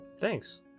thanks